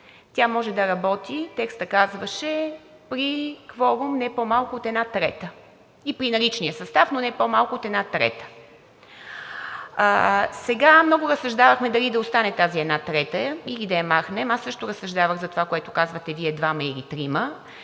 тя може да работи, текстът казваше: „при кворум не по-малко от една трета и при наличния състав“, но не по-малко от една трета. Сега много разсъждавахме дали да остане тази една трета, или да я махнем. Аз също разсъждавах за това, което казвате Вие – двама или трима,